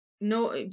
no